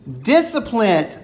discipline